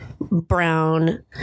brown